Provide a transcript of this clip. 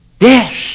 Yes